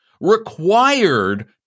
required